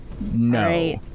No